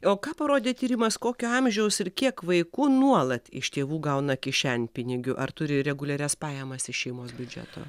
o ką parodė tyrimas kokio amžiaus ir kiek vaikų nuolat iš tėvų gauna kišenpinigių ar turi reguliarias pajamas iš šeimos biudžeto